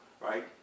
right